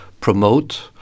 promote